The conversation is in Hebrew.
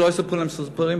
שלא יספרו לנו סיפורים.